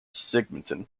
symington